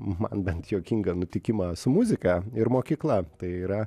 man bent juokingą nutikimą su muzika ir mokykla tai yra